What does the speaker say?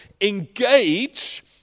engage